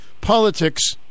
politics